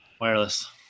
Wireless